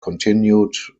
continued